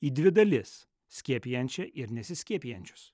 į dvi dalis skiepijančią ir nesiskiepijančius